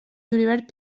julivert